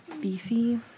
Beefy